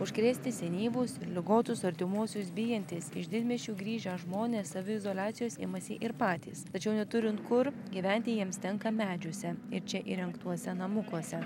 užkrėsti senyvus ir ligotus artimuosius bijantys iš didmiesčių grįžę žmonės saviizoliacijos imasi ir patys tačiau neturint kur gyventi jiems tenka medžiuose ir čia įrengtuose namukuose